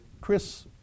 Chris